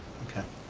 okay.